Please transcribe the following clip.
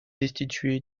destitué